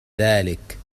ذلك